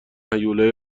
هیولای